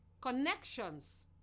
connections